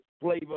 flavor